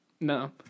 no